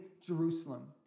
Jerusalem